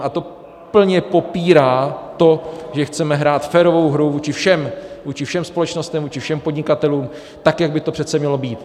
A to plně popírá to, že chceme hrát férovou hru vůči všem, vůči všem společnostem, vůči všem podnikatelům, tak jak by to přece mělo být.